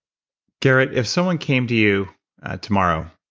garrett, if someone came to you tomorrow,